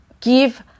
give